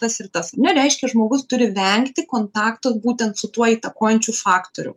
tas ir tas ar ne reiškia žmogus turi vengti kontakto būtent su tuo įtakojančiu faktoriu